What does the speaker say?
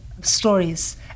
stories